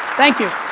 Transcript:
thank you.